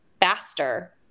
faster